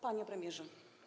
Panie Premierze!